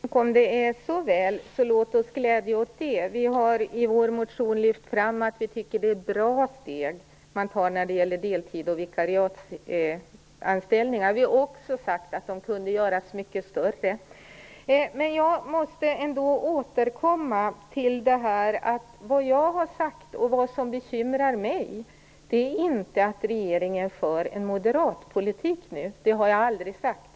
Fru talman! Om det är så väl, låt oss i så fall glädja oss åt det. Vi har i vår motion lyft fram att vi tycker att det är bra steg man tar när det gäller deltids och vikariatsanställningar. Vi har också sagt att stegen kunde vara större. Jag måste ändå återkomma till en sak. Vad jag har sagt och vad som bekymrar mig är inte att regeringen för en moderatpolitik. Det har jag aldrig sagt.